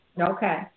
Okay